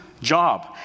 job